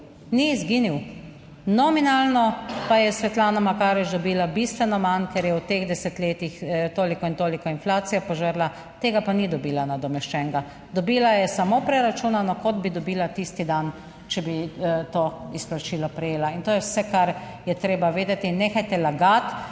15.50** (nadaljevanje) Makarovič dobila bistveno manj, ker je v teh desetletjih toliko in toliko inflacije požrla. Tega pa ni dobila nadomeščenega. Dobila je samo preračunano, kot bi dobila tisti dan, če bi to izplačilo prejela. In to je vse kar je treba vedeti. In nehajte lagati,